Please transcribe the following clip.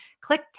click